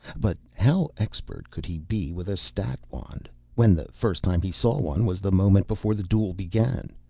but how expert could he be with a stat-wand, when the first time he saw one was the moment before the duel began?